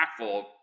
impactful